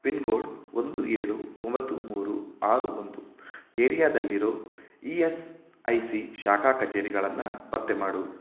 pin code ಒಂದು ಏಳು ಒಂಬತ್ತು ಮೂರು ಆರು ಒಂದು ಏರಿಯಾದಲ್ಲಿರೋ ಇ ಎಸ್ ಐ ಸಿ ಶಾಖಾ ಕಚೇರಿಗಳನ್ನು ಪತ್ತೆ ಮಾಡು